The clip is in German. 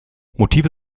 motive